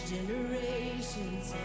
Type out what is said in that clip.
Generations